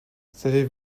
savez